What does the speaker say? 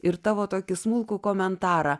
ir tavo tokį smulkų komentarą